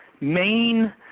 main